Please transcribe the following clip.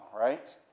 right